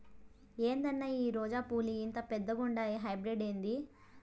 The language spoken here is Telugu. ఏందన్నా ఈ రోజా పూలు ఇంత పెద్దగుండాయి హైబ్రిడ్ ఏంది